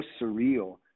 surreal